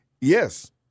yes